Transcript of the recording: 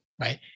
right